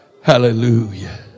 Hallelujah